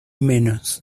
menos